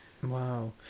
Wow